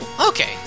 Okay